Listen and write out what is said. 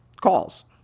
calls